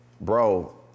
Bro